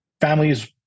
families